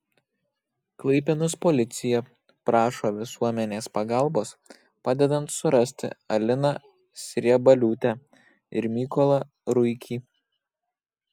klaipėdos policija prašo visuomenės pagalbos padedant surasti aliną sriebaliūtę ir mykolą ruikį